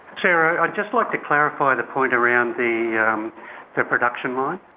sarah, i'd just like to clarify the point around the yeah um but production line.